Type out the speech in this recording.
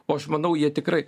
o aš manau jie tikrai